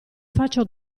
faccio